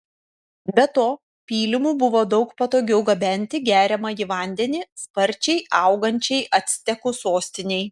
be to pylimu buvo daug patogiau gabenti geriamąjį vandenį sparčiai augančiai actekų sostinei